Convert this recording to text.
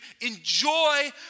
enjoy